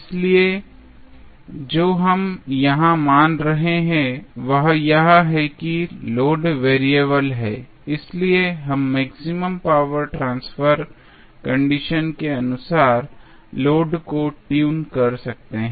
इसलिए जो हम यहां मान रहे हैं वह यह है कि लोड वेरिएबल है इसलिए हम मैक्सिमम पावर ट्रांसफर कंडीशन के अनुसार लोड को ट्यून कर सकते हैं